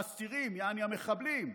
האסירים, יעני המחבלים,